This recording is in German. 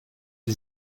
sie